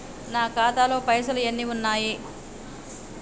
నా ఖాతాలో పైసలు ఎన్ని ఉన్నాయి?